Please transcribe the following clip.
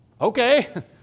Okay